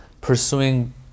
pursuing